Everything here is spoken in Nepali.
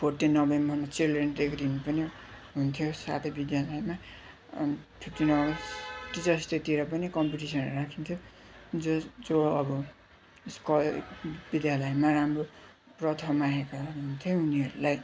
फोर्टिन नोभेम्बरमा चिल्ड्रेन डेको दिन पनि हुन्थ्यो साथै विद्यालयमा अनि फिफ्टिन अगस्त टिचर्स डेतिर पनि कम्पिटिसनहरू राखिन्थ्यो जस जो अब स्कोय विद्यालयमा राम्रो प्रथम आएका हुन्थ्यौँ उनीहरूलाई